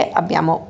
abbiamo